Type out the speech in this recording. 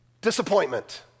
Disappointment